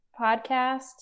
podcast